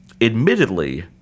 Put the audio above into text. admittedly